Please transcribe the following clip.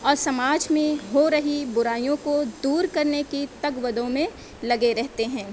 اور سماج میں ہو رہی برائیوں کو دور کرنے کی تگ و دو میں لگے رہتے ہیں